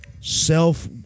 self